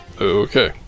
Okay